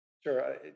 Sure